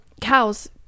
cows